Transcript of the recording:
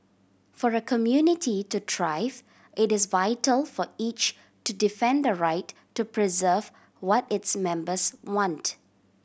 for a community to thrive it is vital for each to defend the right to preserve what its members want